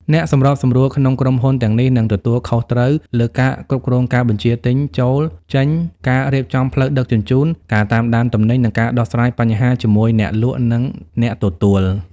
អ្នកសម្របសម្រួលក្នុងក្រុមហ៊ុនទាំងនេះនឹងទទួលខុសត្រូវលើការគ្រប់គ្រងការបញ្ជាទិញចូល-ចេញ ការរៀបចំផ្លូវដឹកជញ្ជូន ការតាមដានទំនិញ និងការដោះស្រាយបញ្ហាជាមួយអ្នកលក់ និងអ្នកទទួល។